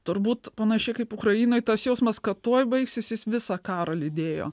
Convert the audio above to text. turbūt panašiai kaip ukrainoj tas jausmas kad tuoj baigsis jis visą karą lydėjo